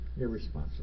Irresponsible